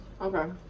Okay